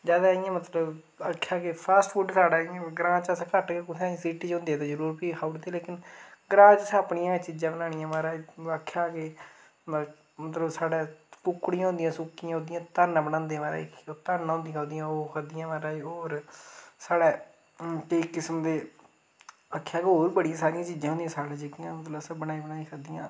ज्यादा इयां मतलब आखेआ के फास्टफूड़ साढ़ै ग्रांऽ च असैं घट्ट कुत्थै सिटी च होंदे हे तां फ्ही जरूर खाई ओड़दे लेकिन ग्रांऽ च अस अपनियां गै चीजां बनानियां महाराज आखेआ के मतलब कूकड़ियां होंदियां सूक्कियां उंदियां धानां बनांदे महाराज धानां होंदियां ओह् महाराज खाद्धियां महाराज होर साढ़ै केईं किस्मे दे आक्खै होर बी बड़ी सारियां चीजां होंदियां जेह्कियां मतलब अस बनाई बनाई खाद्धियां